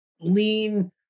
lean